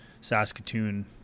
Saskatoon